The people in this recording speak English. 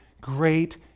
great